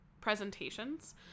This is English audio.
presentations